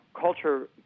culture